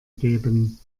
geben